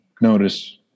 notice